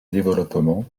développement